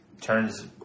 Turns